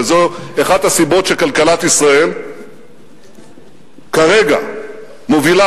וזאת אחת הסיבות שכלכלת ישראל כרגע מובילה